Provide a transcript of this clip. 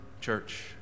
church